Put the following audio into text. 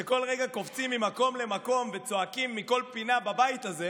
שכל רגע קופצים ממקום למקום וצועקים מכל פינה בבית הזה,